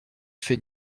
fait